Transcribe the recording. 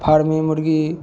farming मुरगी